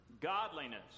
godliness